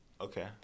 Okay